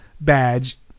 badge